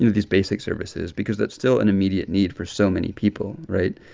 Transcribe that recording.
these basic services because that's still an immediate need for so many people. right?